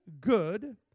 good